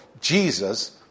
Jesus